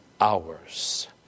hours